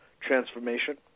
transformation